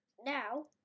now